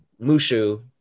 Mushu